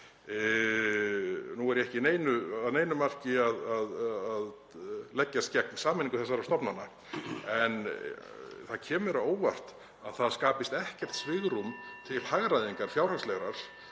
Nú er ég ekki að neinu marki að leggjast gegn sameiningu þessara stofnana en það kemur á óvart að það skapist ekkert svigrúm (Forseti hringir.) til fjárhagslegrar